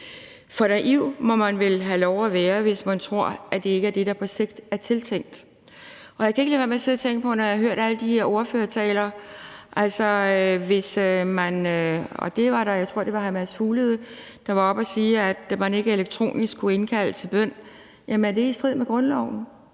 For naiv må man vel være, hvis man tror, at det ikke er det, der på sigt er tiltænkt. Og jeg kan ikke lade være med at sidde og tænke på, når jeg har hørt alle de her ordførertaler, og jeg tror, det var hr. Mads Fuglede, der var oppe at sige, at man ikke elektronisk kunne indkalde til bøn, om det er i strid med grundloven.